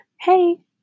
hey